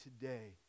today